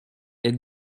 est